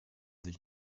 sich